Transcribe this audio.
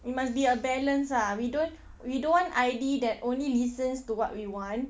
it must be a balance ah we don't we don't want I_D that only listens to what we want